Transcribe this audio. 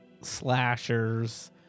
slashers